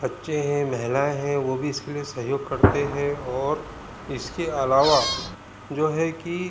बच्चे हैं महिलाएं हैं वो भी इसके वजह से सहयोग करते हैं और इसके अलावा जो है कि